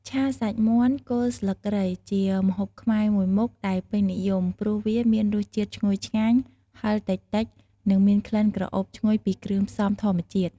ឆាសាច់មាន់គល់ស្លឹកគ្រៃ ជាម្ហូបខ្មែរមួយមុខដែលពេញនិយម ព្រោះវាមានរសជាតិឈ្ងុយឆ្ងាញ់ ហឹរតិចៗ និងមានក្លិនក្រអូបឈ្ងុយពីគ្រឿងផ្សំធម្មជាតិ។